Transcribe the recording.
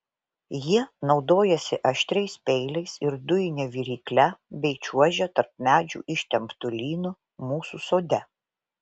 jie naudojasi aštriais peiliais ir dujine virykle bei čiuožia tarp medžių ištemptu lynu mūsų sode